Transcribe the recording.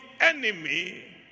enemy